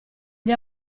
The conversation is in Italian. gli